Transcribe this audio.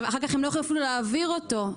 אחר כך הם לא יכולים אפילו להעביר אותו.